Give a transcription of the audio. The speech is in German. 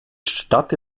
stadt